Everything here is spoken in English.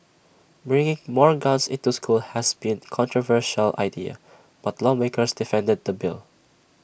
bringing more guns into school has been controversial idea but lawmakers defended the bill